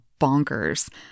bonkers